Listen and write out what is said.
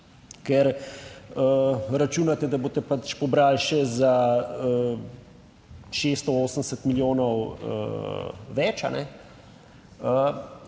ker računate, da boste pač pobrali še za 680 milijonov več. Po